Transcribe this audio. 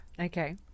Okay